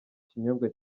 kinyobwa